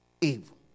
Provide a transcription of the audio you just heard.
evil